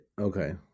Okay